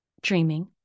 dreaming